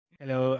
hello